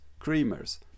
creamers